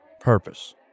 Purpose